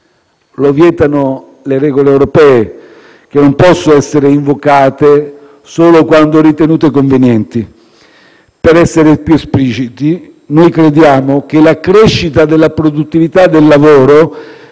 lo vietano le regole europee, che non possono essere invocate solo quando ritenute convenienti. Per essere più espliciti, crediamo che la crescita della produttività del lavoro